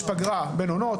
יש פגרה בין עונות.